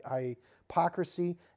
hypocrisy